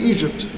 Egypt